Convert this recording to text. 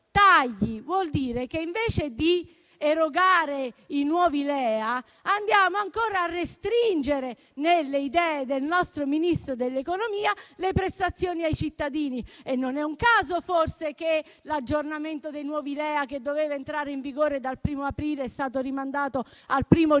tagli; vuol dire che, invece di erogare i nuovi LEA, andiamo ancora a restringere, nelle idee del nostro Ministro dell'economia, le prestazioni ai cittadini. Non è un caso forse che l'aggiornamento dei nuovi LEA, che doveva entrare in vigore dal 1° aprile, è stato rimandato al 1° gennaio